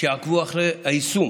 שיעקבו אחרי היישום